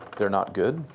they're not good,